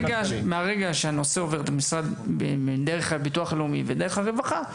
מהרגע שהנושא עובר דרך הביטוח הלאומי ודרך הרווחה,